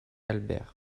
albert